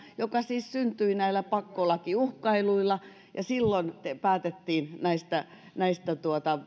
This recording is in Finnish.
joka siis syntyi näillä pakkolakiuhkailuilla ja silloin päätettiin näistä näistä